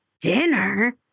dinner